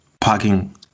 parking